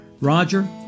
Roger